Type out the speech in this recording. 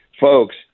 folks